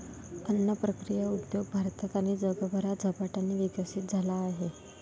अन्न प्रक्रिया उद्योग भारतात आणि जगभरात झपाट्याने विकसित झाला आहे